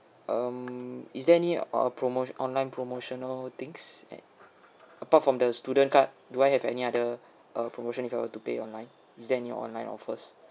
um is there any err promoti~ online promotional things and apart from the student card do I have any other uh promotion if you were to pay online is there any online offers